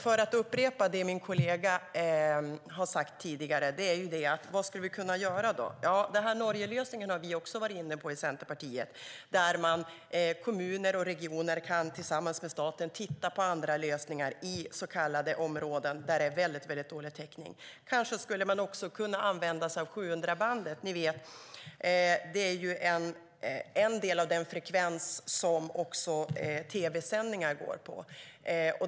För att upprepa vad min kollega har sagt tidigare: Vad skulle vi kunna göra? Norgelösningen har vi i Centerpartiet också varit inne på, där man i kommuner och regioner tillsammans med staten tittar på olika lösningar i de områden där det är en väldigt dålig täckning. Kanske skulle man kunna använda sig av 700-bandet, som ju är en del av den frekvens som tv-sändningarna går på.